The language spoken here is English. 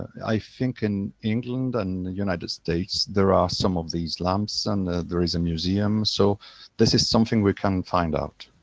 i think in england and the united states there are some of these lamps. and there is a museum. so this is something we can find out.